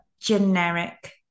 generic